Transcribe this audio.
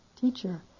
teacher